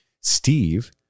Steve